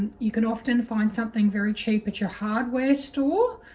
you can often find something very cheap at your hardware store.